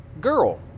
girl